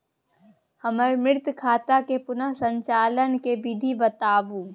हमर मृत खाता के पुनर संचालन के विधी बताउ?